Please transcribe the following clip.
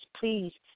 please